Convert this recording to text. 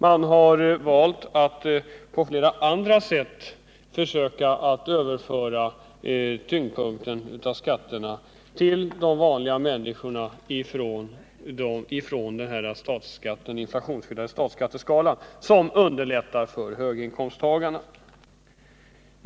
Man har valt att på flera andra sätt försöka överföra skatternas tyngdpunkt från de inflationsskyddade skatteskalorna till de vanliga människorna, en åtgärd som underlättar för höginkomsttagarna.